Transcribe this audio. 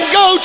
go